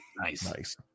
Nice